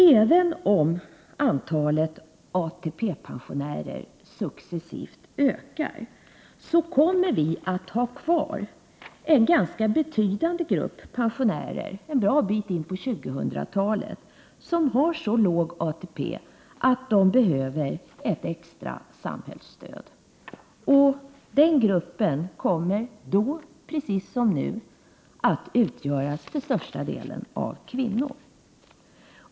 Även om antalet ATP-pensionärer successivt ökar, kommer vi att ha kvar en ganska betydande grupp pensionärer en bra bit in på 2000-talet som har så låg ATP att de behöver ett extra samhällsstöd. Den gruppen kommer då, precis som nu, att till största delen utgöras av kvinnor.